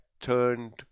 turned